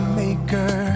maker